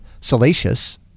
salacious